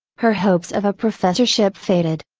her hopes of a professorship faded.